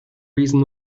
reason